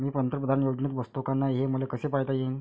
मी पंतप्रधान योजनेत बसतो का नाय, हे मले कस पायता येईन?